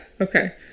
okay